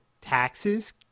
taxes